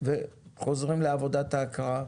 וחוזרים לעבודת ההקראה.